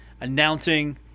announcing